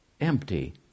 empty